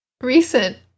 Recent